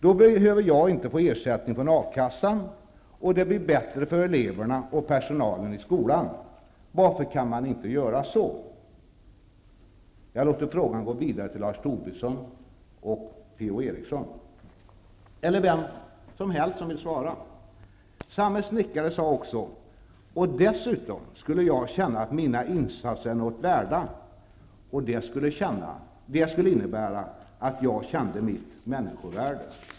Då behöver jag inte ersättning från A kassan, och det blir bättre för eleverna och personalen i skolan. Varför kan man inte göra så?'' Jag låter frågan gå vidare till Lars Tobisson och P. O. Eriksson -- eller vem som vill svara. Samme snickare sade också: ''Dessutom skulle jag känna att mina insatser är något värda, och det skulle innebära att jag kände mitt människovärde.''